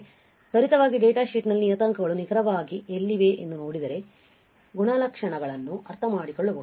ಆದ್ದರಿಂದ ತ್ವರಿತವಾಗಿ ಡೇಟಾಶೀಟ್ನಲ್ಲಿನ ನಿಯತಾಂಕಗಳು ನಿಖರವಾಗಿ ಎಲ್ಲಿವೆ ಎಂದು ನೋಡಿದರೆ ಗುಣಲಕ್ಷಣಗಳನ್ನು ಅರ್ಥಮಾಡಿಕೊಳ್ಳಬಹುದು